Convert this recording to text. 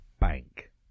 bank